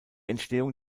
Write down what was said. entstehung